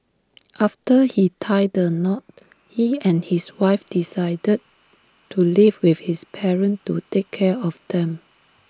after he tied the knot he and his wife decided to live with his parents to take care of them